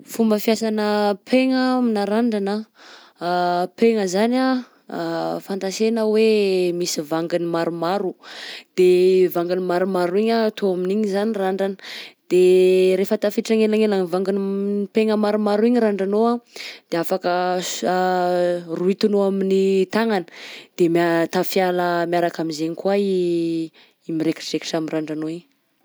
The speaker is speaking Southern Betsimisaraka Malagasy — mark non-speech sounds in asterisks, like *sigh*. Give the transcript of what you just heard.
Fomba fiasanà paigna aminà randrana, *hesitation* paigna zany *hesitation* fatansena hoe misy vanginy maromaro, de vanginy maromaro igny anh atao amin'igny zany randrana, de rehefa tafiditra agnelagnelan'ny vangin- *hesitation* paigna maromaro igny randranao anh de afaka s- *hesitation* rohitinao amin'ny tagnana de mia- tafiala miaraka am'zainy koa i i miraikidraikitra am'randranao iny.